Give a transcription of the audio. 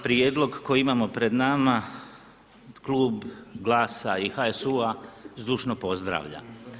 Prijedlog koji imamo pred nama Klub GLAS-a i HSU-a zdušno pozdravlja.